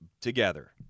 together